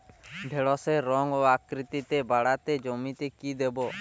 ঢেঁড়সের রং ও আকৃতিতে বাড়াতে জমিতে কি দেবো?